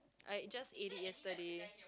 I just ate it yesterday